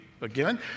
Again